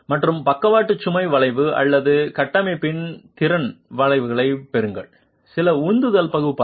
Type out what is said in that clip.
மற்றும் பக்கவாட்டு சுமை வளைவு அல்லது கட்டமைப்பின் திறன் வளைவைப் பெறுங்கள் சில உந்துதல் பகுப்பாய்வு